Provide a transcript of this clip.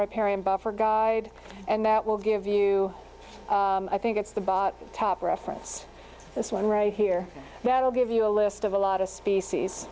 riparian buffer guide and that will give you i think it's the bot top reference this one right here that will give you a list of a lot of species